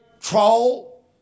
troll